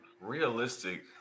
Realistic